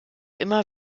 immer